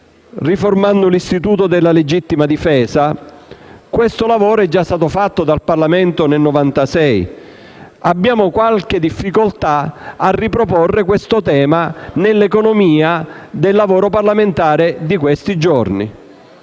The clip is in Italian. Riformando l'istituto della legittima difesa? Questo lavoro è stato già fatto dal Parlamento nel 1996. Abbiamo qualche difficoltà a riproporre questo tema nell'economia del lavoro parlamentare degli ultimi giorni.